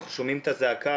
אנחנו שומעים את הזעקה,